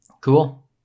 Cool